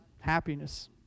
happiness